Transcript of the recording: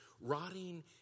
rotting